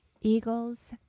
eagles